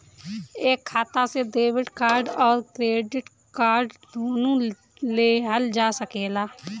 एक खाता से डेबिट कार्ड और क्रेडिट कार्ड दुनु लेहल जा सकेला?